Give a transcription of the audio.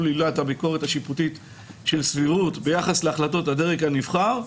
עילת הביקורת השיפוטית של סבירות ביחס להחלטות הדרג הנבחר,